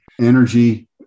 energy